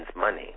money